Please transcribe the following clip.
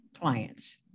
clients